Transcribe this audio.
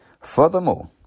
Furthermore